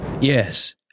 Yes